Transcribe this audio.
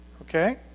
Okay